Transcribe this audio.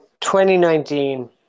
2019